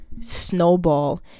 snowball